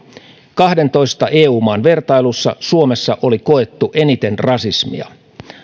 kahdentoista eu maan vertailussa oli suomessa koettu eniten rasismia